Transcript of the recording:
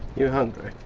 you hungry?